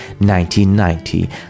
1990